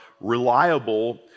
reliable